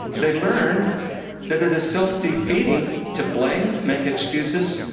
they learned that it is self-defeating to blame, make excuses,